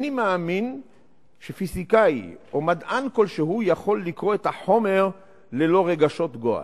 איני מאמין שפיזיקאי או מדען כלשהו יכול לקרוא את החומר ללא רגשות גועל.